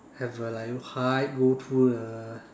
have a like hike go through a